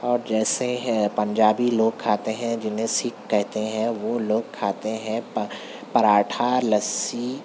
اور جیسے ہے پنجابی لوگ کھاتے ہیں جنہیں سکھ کہتے ہیں وہ لوگ کھاتے ہیں پراٹھا لسّی